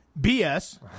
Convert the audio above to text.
BS